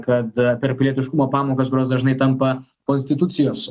kad per pilietiškumo pamokas kurios dažnai tampa konstitucijos